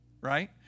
right